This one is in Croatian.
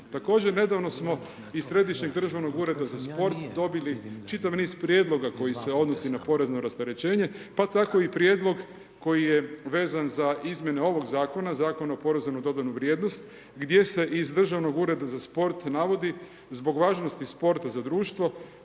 Također nedavno smo iz Središnjeg državnog ureda za sport dobili čitav niz prijedloga koji se odnosi na porezno rasterećenje pa tako i prijedlog koji je vezan za izmjene ovog zakona, Zakona o porezu na dodanu vrijednost gdje se iz državnog ureda za sport navodi zbog važnosti sporta za društvo